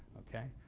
ok?